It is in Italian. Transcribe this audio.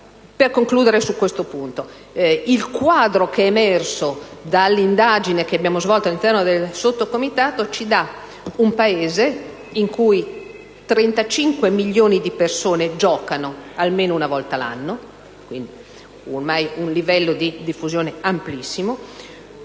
Per concludere su questo punto, il quadro che è emerso dalle indagini che abbiamo svolto all'interno del Comitato ci dà un Paese in cui 35 milioni di persone giocano almeno una volta l'anno, a testimonianza di un livello di diffusione amplissimo,